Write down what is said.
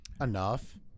Enough